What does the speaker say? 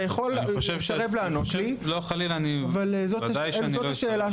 אתה יכול לסרב לענות לי אבל זו שאלתי.